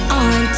on